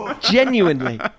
genuinely